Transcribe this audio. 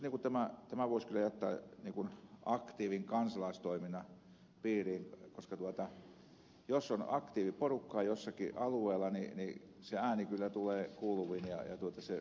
minusta tämän voisi kyllä jättää aktiivin kansalaistoiminnan piiriin koska jos on aktiiviporukkaa jollakin alueella niin se ääni kyllä tulee kuuluviin ja se tulee sieltäkin